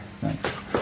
thanks